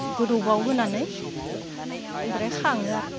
गोदौबावहोनानै ओमफ्राय खाङो आरो